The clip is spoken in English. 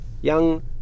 young